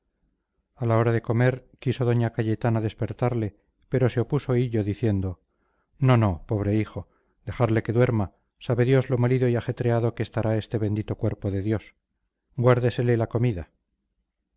a la hora de comer quiso doña cayetana despertarle pero se opuso hillo diciendo no no pobre hijo dejarle que duerma sabe dios lo molido y ajetreado que estará ese bendito cuerpo guárdesele la comida